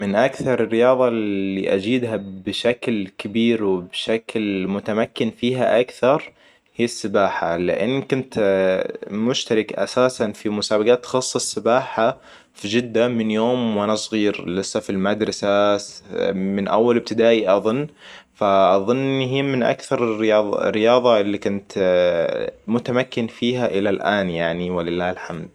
من اكثر الرياضة اللي اجيدها بشكل كبير وبشكل متمكن فيها أكثر هي السباحة لأن كنت مشترك أساساً في مسابقات تخصص سباحة في جدة من يوم وانا صغير لسا في المدرسة من أول إبتدائي أظن. فأظن هي من اكثر الرياضة اللي كنت متمكن فيها إلى الأن يعني ولله الحمد